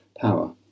power